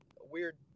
weird